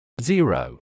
Zero